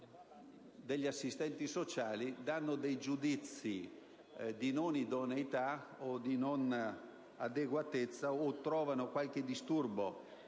degli assistenti sociali che esprimono giudizi di non idoneità o di non adeguatezza, o trovano qualche disturbo